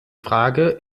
frage